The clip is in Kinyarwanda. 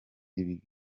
ibi